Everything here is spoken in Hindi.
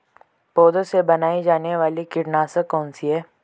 पौधों से बनाई जाने वाली कीटनाशक कौन सी है?